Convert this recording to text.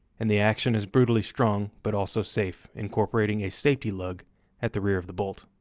and the action is brutally strong but also safe, incorporating a safety lug at the rear of the bolt.